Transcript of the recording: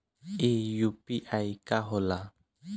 ई यू.पी.आई का होला?